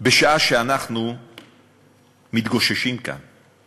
בשעה שאנחנו מתגוששים כאן,